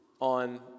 on